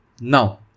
Now